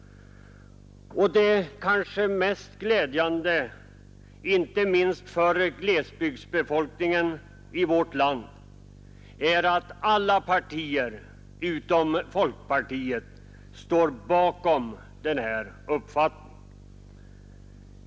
Det kanske mest glädjande, inte minst för glesbygdsbefolkningen i vårt land, är att alla partier utom folkpartiet kunnat enas bakom den här uppfattningen.